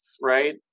right